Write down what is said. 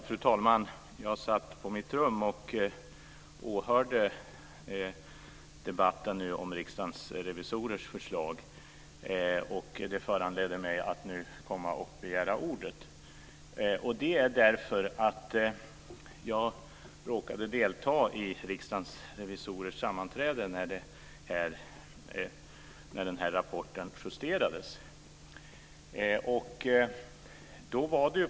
Fru talman! Jag satt på mitt rum och åhörde debatten om Riksdagens revisorers förslag. Det föranledde mig att nu komma och begära ordet. Jag råkade nämligen delta i Riksdagens revisorers sammanträde när den här rapporten justerades.